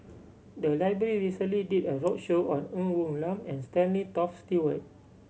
the library recently did a roadshow on Ng Woon Lam and Stanley Toft Stewart